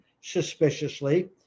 suspiciously